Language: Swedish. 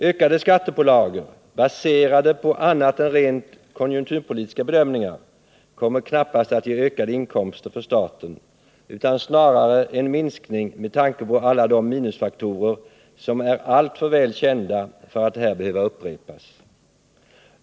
Ökade skattepålagor, baserade på annat än rent konjunkturpolitiska bedömningar, kommer knappast att ge ökade inkomster för staten utan snarare en minskning, med tanke på alla de minusfaktorer som är alltför väl kända för att här behöva upprepas.